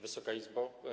Wysoka Izbo!